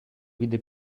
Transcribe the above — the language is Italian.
vide